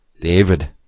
David